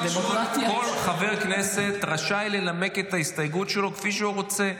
כל חבר הכנסת רשאי לנמק את ההסתייגות שלו כפי שהוא רוצה.